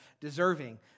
deserving